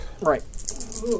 Right